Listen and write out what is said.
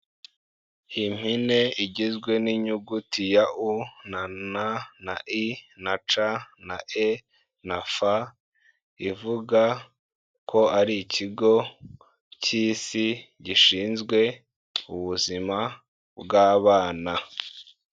Impine igizwe n'inyuguti ya U na N na I na C na E na F, ivuga ko ari ikigo cy'isi gishinzwe ubuzima bw'abana.